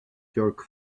jerk